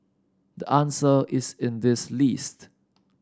the answer is in this list